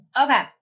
okay